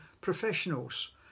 professionals